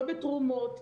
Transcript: לא בתרומות.